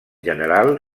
general